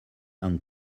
hong